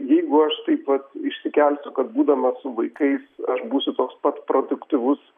jeigu aš taip vat išsikelsiu kad būdamas su vaikais aš būsiu toks pat produktyvus